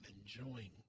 enjoying